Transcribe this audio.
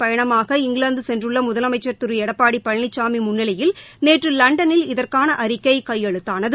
பயணமாக இங்கிலாந்து சென்றுள்ள அரசுமுறை முதலமைச்சர் திரு எடப்பாடி பழனிசாமி முன்னிலையில் நேற்று லண்டனில் இதற்கான அறிக்கை கையெழுத்தானது